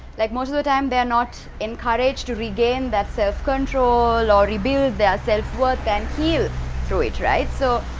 like most of the time they're not encouraged to regain that self control or rebuild their self worth and heal through it, right. so.